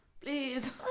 please